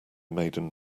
maiden